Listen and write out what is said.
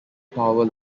power